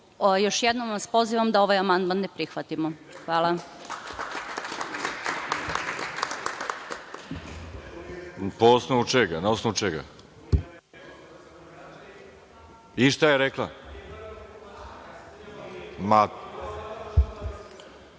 jednom vas pozivam da ovaj amandman ne prihvatimo. Hvala.(Srđan